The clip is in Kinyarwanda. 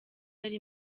yari